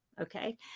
okay